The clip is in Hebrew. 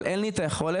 אבל אין להם את היכולת.